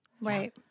right